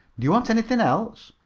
do you want anything else?